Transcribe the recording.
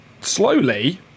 slowly